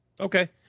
Okay